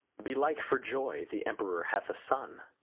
belike, for joy the emperor hath a son.